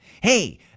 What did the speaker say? hey